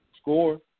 score